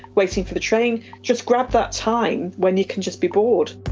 waiting for the train, just grab that time when you can just be bored.